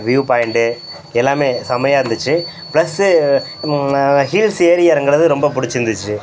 view point எல்லாமே செம்மயாக இருந்துச்சு ப்ளஸ்ஸு ஹில்ஸ் ஏறி இறங்கறது ரொம்ப பிடிச்சிருந்துச்சு